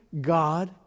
God